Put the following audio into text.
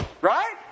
Right